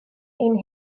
ein